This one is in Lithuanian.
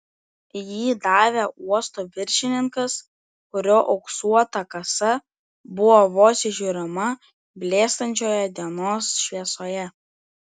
jį davė uosto viršininkas kurio auksuota kasa buvo vos įžiūrima blėstančioje dienos šviesoje